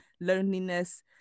loneliness